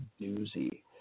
doozy